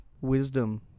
wisdom